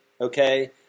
okay